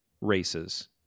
races